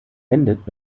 endet